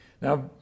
Now